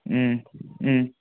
ꯎꯝ ꯎꯝ